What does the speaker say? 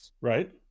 Right